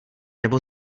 nebo